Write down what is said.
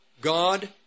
God